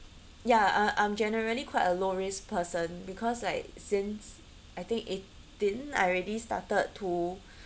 ya I I am generally quite a low risk person because like since I think eighteen I already started to